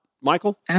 Michael